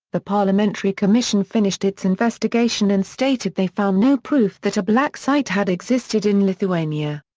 the parliamentary commission finished its investigation and stated they found no proof that a black site had existed in lithuania.